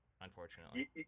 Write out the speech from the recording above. unfortunately